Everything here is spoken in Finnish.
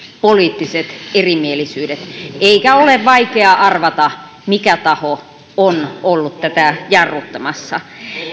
poliittiset erimielisyydet eikä ole vaikea arvata mikä taho on ollut tätä jarruttamassa